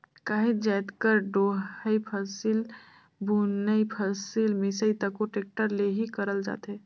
काहीच जाएत कर डोहई, फसिल बुनई, फसिल मिसई तको टेक्टर ले ही करल जाथे